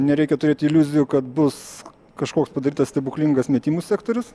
nereikia turėti iliuzijų kad bus kažkoks padarytas stebuklingas metimų sektorius